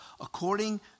according